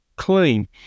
clean